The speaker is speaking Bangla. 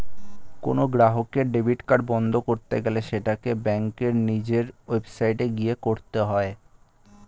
কোনো গ্রাহকের ডেবিট কার্ড বন্ধ করতে গেলে সেটাকে ব্যাঙ্কের নিজের ওয়েবসাইটে গিয়ে করতে হয়ে